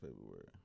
February